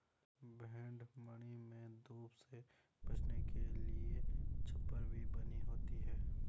भेंड़ मण्डी में धूप से बचने के लिए छप्पर भी बनी होती है